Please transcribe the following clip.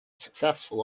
successful